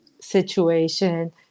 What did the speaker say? situation